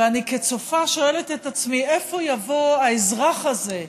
ואני כצופה אני שואלת את עצמי: איפה יבוא האזרח הזה,